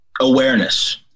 Awareness